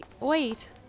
wait